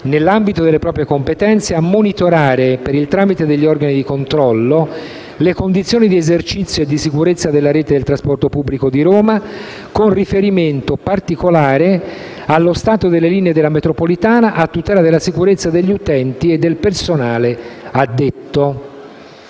«nell'ambito delle proprie competenze, a monitorare, per il tramite degli organi di controllo, le condizioni di esercizio e sicurezza della rete del trasporto pubblico di Roma, con riferimento particolare allo stato delle linee della metropolitana, a tutela della sicurezza degli utenti e del personale addetto».